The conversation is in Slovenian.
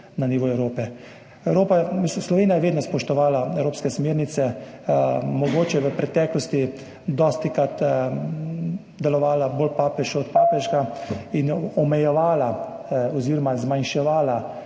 na nivoju Evrope. Slovenija je vedno spoštovala evropske smernice. Mogoče je v preteklosti dostikrat delovala bolj papeško od papeža in omejevala oziroma zmanjševala